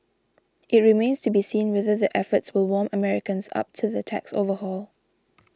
it remains to be seen whether the efforts will warm Americans up to the tax overhaul